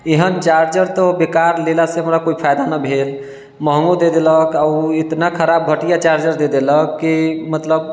एहन चार्जर तऽ बेकार लेला से हमरा कोइ फायदा न भेल महगो दे देलक आ ओ एतना ख़राब घटिआ चार्जर दे देलक कि मतलब